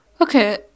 Okay